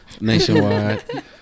nationwide